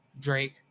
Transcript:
Drake